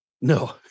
No